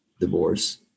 divorce